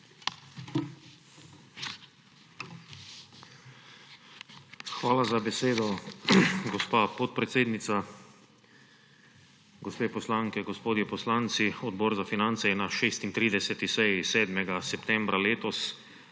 Hvala za besedo, gospa podpredsednica. Gospe poslanke, gospodje poslanci! Odbor za finance je na 36. seji